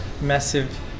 massive